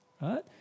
right